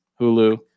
Hulu